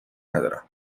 ندارم